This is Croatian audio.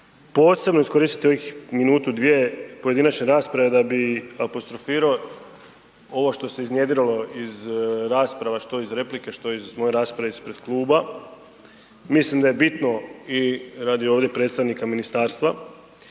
posebno iskoristiti ovih minutu, dvije pojedinačne rasprave da bi apostrofirao ovo što ste iznjedrilo iz rasprava, što iz replike, što iz moje rasprave ispred kluba. Mislim da je bitno i radi ovdje predstavnika ministarstva